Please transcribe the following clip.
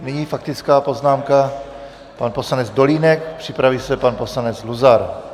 Nyní faktická poznámka, pan poslanec Dolínek, připraví se pan poslanec Luzar.